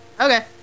Okay